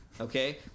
okay